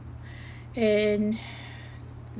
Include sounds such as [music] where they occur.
[breath] and